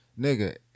Nigga